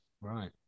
Right